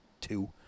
two